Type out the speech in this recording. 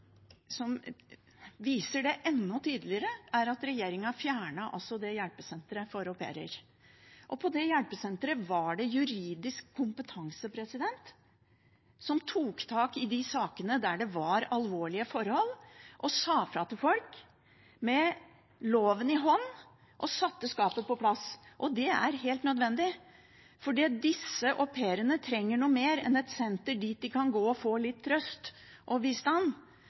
at regjeringen fjernet hjelpesenteret for au pairer. På det hjelpesenteret var det juridisk kompetanse som tok tak i de sakene der det var alvorlige forhold, og sa fra til folk, med loven i hånd, og satte skapet på plass. Det er helt nødvendig, for det disse au pairene trenger mer enn et senter de kan gå til for å få litt trøst, er juridisk bistand